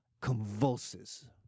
convulses